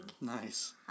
Nice